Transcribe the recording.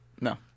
No